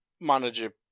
manager